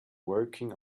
working